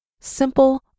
simple